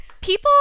People